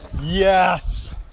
Yes